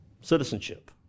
citizenship